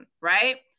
right